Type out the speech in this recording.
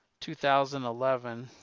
2011